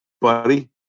buddy